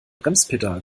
bremspedal